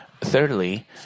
thirdly